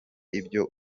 ibyo